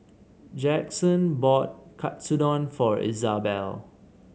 Jaxon bought Katsudon for Izabelle